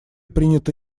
приняты